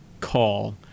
call